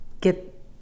get